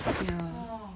ya